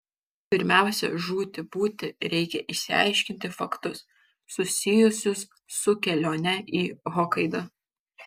pirmiausia žūti būti reikia išaiškinti faktus susijusius su kelione į hokaidą